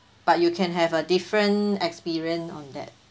but you can have a different experience on that